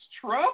Trump